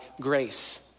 grace